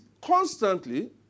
constantly